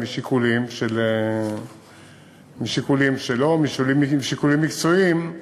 משיקולים שלו ומשיקולים מקצועיים,